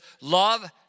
love